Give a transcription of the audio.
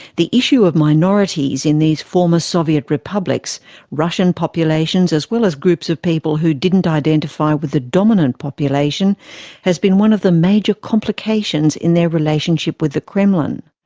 the issue of minorities in these former soviet republics russian populations as well as groups of people who didn't identify with the dominant population has been one of the major complications in their relationship with the kremlin.